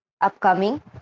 upcoming